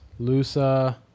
Lusa